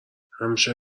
همیشه